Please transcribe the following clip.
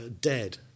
dead